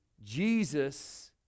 jesus